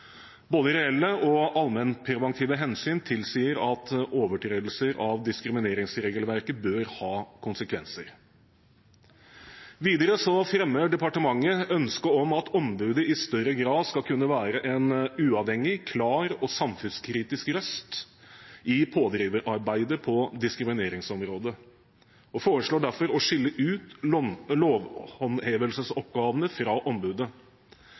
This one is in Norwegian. Både reelle og allmennpreventive hensyn tilsier at overtredelser av diskrimineringsregelverket bør ha konsekvenser. Videre fremmer departementet ønske om at ombudet i større grad skal kunne være en uavhengig, klar og samfunnskritisk røst i pådriverarbeidet på diskrimineringsområdet, og foreslår derfor å skille ut lovhåndhevelsesoppgavene fra ombudet.